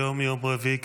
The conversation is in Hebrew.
היום יום רביעי,